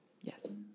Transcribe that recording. Yes